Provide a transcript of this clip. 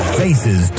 faces